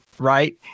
Right